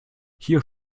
hier